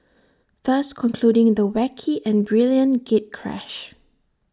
thus concluding the wacky and brilliant gatecrash